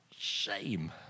shame